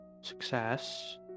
Success